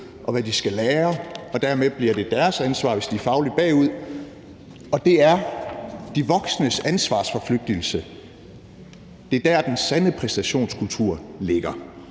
og hvad de skal lære, og dermed bliver det deres ansvar, hvis de er fagligt bagud, og det er de voksnes ansvarsforflygtigelse. Det er der, den sande præstationskultur ligger.